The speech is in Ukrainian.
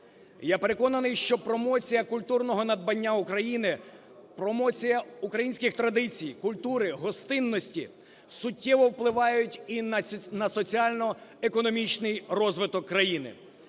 Я переконаний, що промоція культурного надбання України, промоція українських традицій, культури, гостинності суттєво впливають і на соціально-економічний розвиток країни,